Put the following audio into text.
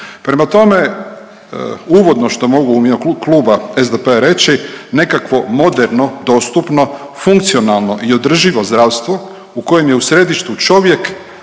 Prema tome, uvodno što mogu u ime kluba SDP-a reći, nekakvo moderno, dostupno, funkcionalno i održivo zdravstvo u kojem je u središtu čovjek